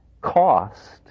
cost